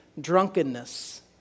drunkenness